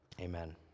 Amen